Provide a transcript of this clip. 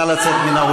פעם שלישית.